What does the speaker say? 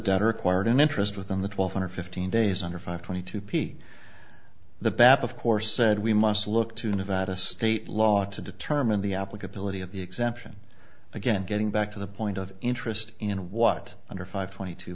debtor acquired an interest within the twelve hundred fifteen days under five twenty two p the back of course said we must look to nevada state law to determine the applicability of the exemption again getting back to the point of interest in what under five point two